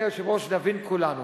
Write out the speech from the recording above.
כדאי, אדוני היושב-ראש, להבין כולנו